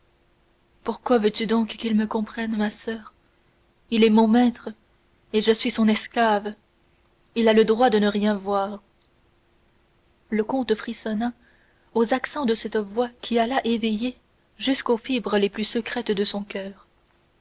pourquoi veux-tu donc qu'il me comprenne ma soeur il est mon maître et je suis son esclave il a le droit de ne rien voir le comte frissonna aux accents de cette voix qui alla éveiller jusqu'aux fibres les plus secrètes de son coeur